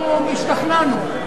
אנחנו השתכנענו.